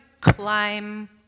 climb